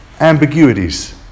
ambiguities